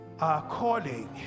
according